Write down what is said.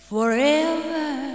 Forever